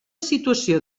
situació